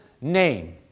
name